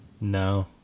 No